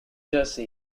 jersey